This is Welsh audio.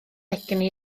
egni